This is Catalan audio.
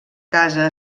casa